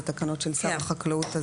אלה תקנות של שר החקלאות,